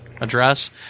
address